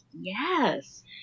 yes